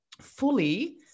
fully